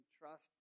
trust